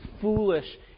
foolish